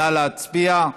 נא להצביע,